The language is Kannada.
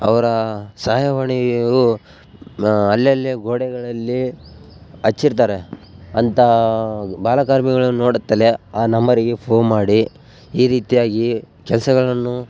ಅವರ ಸಹಾಯವಾಣಿಯು ಅಲ್ಲಲ್ಲಿ ಗೋಡೆಗಳಲ್ಲಿ ಹಚ್ಚಿರ್ತಾರೆ ಅಂಥಾ ಬಾಲಕಾರ್ಮಿಕಗಳ್ನ ನೋಡುತ್ತಲೇ ಆ ನಂಬರ್ಗೆ ಫೋನ್ ಮಾಡಿ ಈ ರೀತಿಯಾಗಿ ಕೆಲಸಗಳನ್ನು